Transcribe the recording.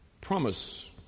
promise